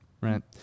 Right